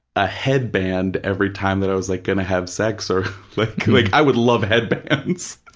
ah headband every time that i was like going to have sex or like, like i would love headbands,